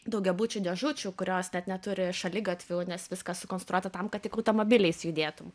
daugiabučių dėžučių kurios neturi šaligatvių nes viskas sukonstruota tam kad tik automobiliais judėtum